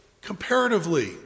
comparatively